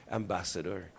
ambassador